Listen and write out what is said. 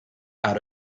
out